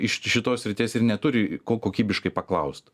iš šitos srities ir neturi ko kokybiškai paklaust